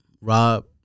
Rob